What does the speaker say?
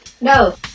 No